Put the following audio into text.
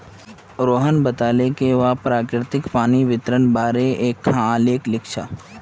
रोहण बताले कि वहैं प्रकिरतित पानीर वितरनेर बारेत एकखाँ आलेख लिख छ